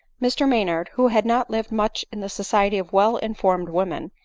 mr maynard, who had not lived much in the society of well informed women,